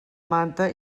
manta